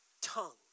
tongue